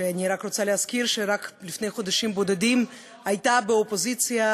שאני רק רוצה להזכיר שרק לפני חודשים בודדים הייתה באופוזיציה